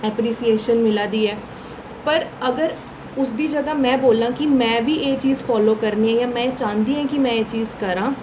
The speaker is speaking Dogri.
ऐपीसीएशन मिलै दी ऐ पर अगर उसदी जगह् मैं बोलां कि मैं बी एह् चीज फालो करनी ऐ मैं चांह्दी आं कि मैं एह् चीज करां